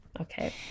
Okay